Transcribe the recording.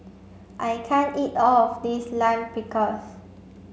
I can't eat all of this Lime Pickles